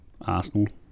Arsenal